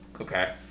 Okay